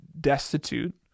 destitute